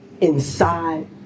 inside